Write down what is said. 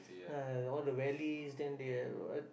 ah all the valleys then they are what